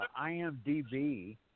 IMDb